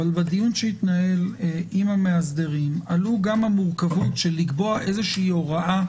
אבל בדיון שהתנהל עם המאסדרים עלו גם המורכבות של לקבוע הוראה